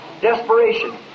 Desperation